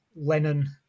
Lennon